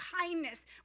kindness